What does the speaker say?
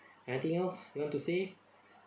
anything else you want to say